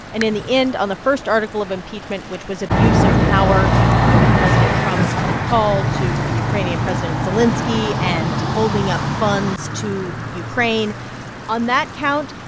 and in the end, on the first article of impeachment, which was abuse of power for president trump's call to the ukrainian president zelenskiy and holding up funds to ukraine on that count,